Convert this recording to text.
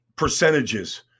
Percentages